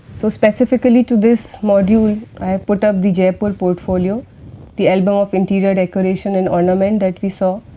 so, specifically to this module, i have put of the jeypore portfolio the album of interior decoration and ornament that we saw,